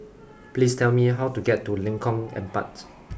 please tell me how to get to Lengkong Empat